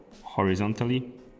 horizontally